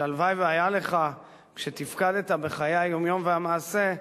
שהלוואי שהיה לך כשתפקדת בחיי היום-יום והמעשה,